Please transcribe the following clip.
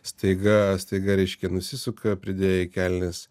staiga staiga reiškia nusisuka pridėję į kelnes